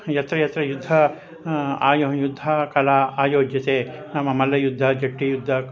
यत्र यत्र युद्धा आयुः युद्धाकला आयोज्यते नाम मल्लयुद्धः जट्टि युद्धः